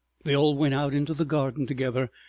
they all went out into the garden together,